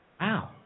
Wow